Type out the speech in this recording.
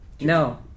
No